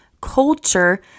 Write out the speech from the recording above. culture